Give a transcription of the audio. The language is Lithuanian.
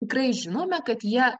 tikrai žinome kad jie